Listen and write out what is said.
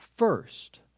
First